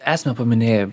esame paminėję